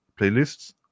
playlists